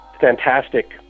fantastic